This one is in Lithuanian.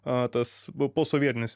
tas posovietinis